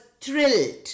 thrilled